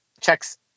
checks